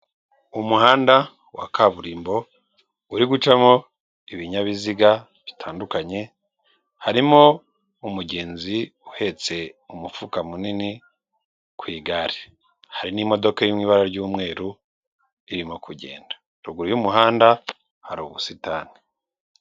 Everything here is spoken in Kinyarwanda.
Umuhanda wa kaburimbo, uri gucamo ibinyabiziga bitandukanye, harimo umugenzi uhetse umufuka munini ku igare. Hari n'imodoka iri mu ibara ry'umweru irimo kugenda. Ruguru y'umuhanda hari ubusitani.